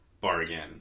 bargain